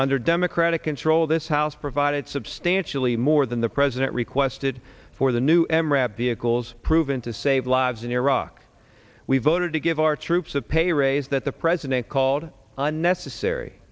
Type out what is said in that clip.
under democratic control of this house provided substantially more than the president requested for the new m rabb vehicles proven to save lives in iraq we voted to give our troops a pay raise that the president called unnecessary